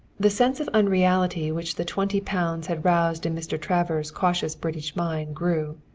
the sense of unreality which the twenty pounds had roused in mr. travers' cautious british mind grew.